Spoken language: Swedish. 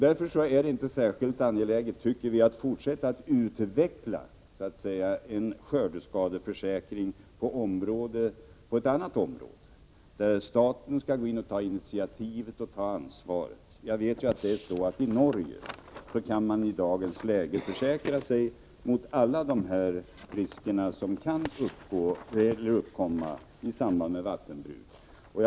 Därför är det inte särskilt angeläget, tycker vi, att fortsätta att utveckla en skördeskadeförsäkring på ett annat område, där staten skall ta initiativet och ansvaret. Jag vet att man i Norge i dagens läge kan försäkra sig mot alla de risker som kan uppkomma i samband med vattenbruk.